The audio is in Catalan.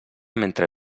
mentre